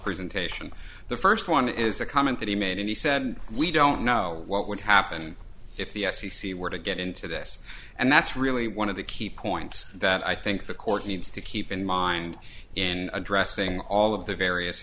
presentation the first one is a comment that he made and he said we don't know what would happen if the f c c were to get into this and that's really one of the key points that i think the court needs to keep in mind in addressing all of the various